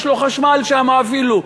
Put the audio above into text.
יש לו חשמל שם אפילו,